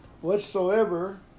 Whatsoever